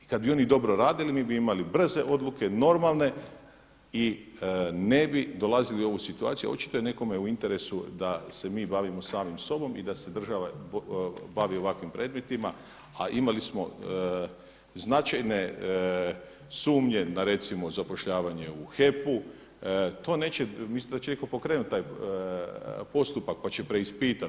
I kad bi oni dobro radili mi bi imali brze odluke, normalne i ne bi dolazili u ovu situaciju a očito je nekome u interesu da se mi bavimo samim sobom i da se država ovakvim predmetima a imali smo značajne sumnje na recimo zapošljavanje u HEP-u, to neće, mislite da će itko pokrenuti taj postupak pa će preispitat?